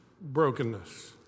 brokenness